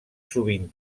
sovint